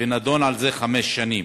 ונידון על זה לחמש שנים.